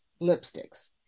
lipsticks